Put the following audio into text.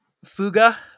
fuga